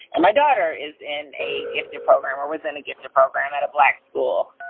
and my daughter is in a gifted program. i was in a gifted program at a black school,